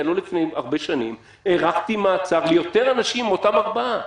לא לפני הרבה שנים הארכתי מעצר ליותר אנשים מאותם ארבעה.